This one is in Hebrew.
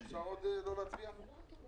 אז הוא לפי הנוסח של הכחול,